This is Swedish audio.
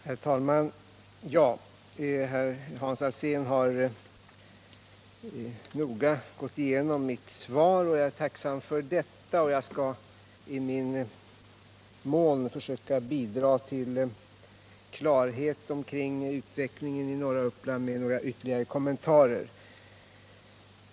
Herr talman! Hans Alsén har noga gått igenom mitt svar, och jag är tacksam för det. Jag skall i min tur försöka bidra till en klarhet kring utvecklingen i norra Uppland med några ytterligare kommentarer.